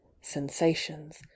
sensations